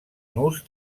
nus